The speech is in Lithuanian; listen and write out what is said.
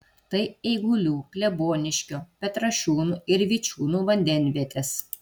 tai eigulių kleboniškio petrašiūnų ir vičiūnų vandenvietės